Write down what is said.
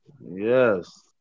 Yes